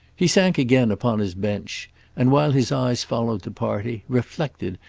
he sank again upon his bench and, while his eyes followed the party, reflected,